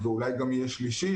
ואולי יהיה גם שלישי,